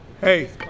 Hey